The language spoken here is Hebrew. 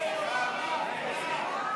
מסדר-היום